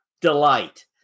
delight